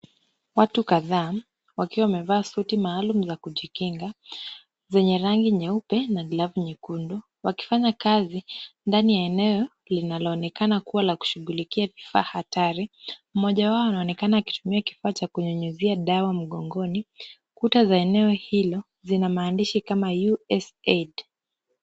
Watu kadhaa wakiwa wamevaa suti maalum za kujikinga, zenye rangi nyeupe na glavu nyekundu, wakifanya kazi ndani ya eneo linaloonekana kuwa la kushughulikia vifaa hatari, mmoja wao anaonekana akitumia kifaa cha kujengezia dawa mgogoni, kuta za eneo hilo zinamaanisha kama hiyo USAID.